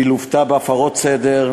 היא לוותה בהפרות סדר,